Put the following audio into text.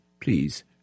Please